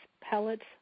pellets